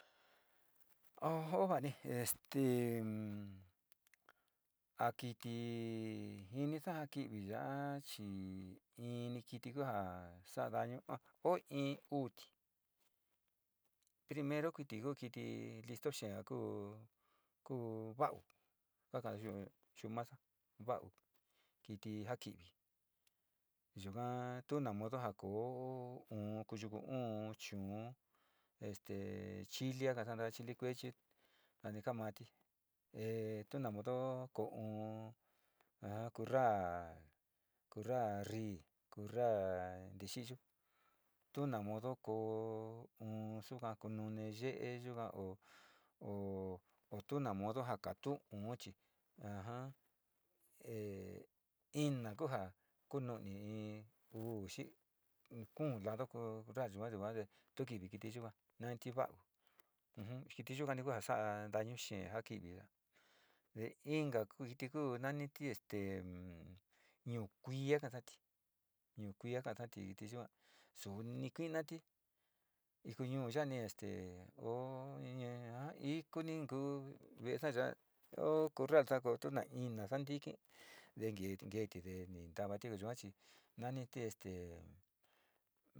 Kani este a kiti jinisa ja kivi yaa chi in kiti ja sa'a dañu o in, uu primero ku kiti listo ku, ku, va'au kaka'a yu masa, va'au kiti ti'ivi yukaa tu na modo ja koo un ku yuku kuu este chili kakasa, chili kuechi a ni kaa tu na modo koo uu corra, corrarrii, corra tu na modo ko koo un suka kukunune xe'e yuka o tu na modo a ka tuu oo chi, a ja e ina kuu jaa kunu'uni, uu xi kuu lado yua, yua te tukivi kiti yuka naniti va'au ujun kiti yukani kuja sa'a dañu xee ka kivi ya'a inka ku kiti ku ja nani kati este ñuukuiikaka, ñu kuii kaka kiri yua suni kuinati, ikañu ya'a ni este te oo in, ikuni ni kuu, kuu ve'esa ya'a o corrasa ko tu na inosa ntiki vee ki vee ni ntaviti yua chi naniti este.